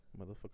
Motherfucker